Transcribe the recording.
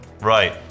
right